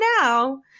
now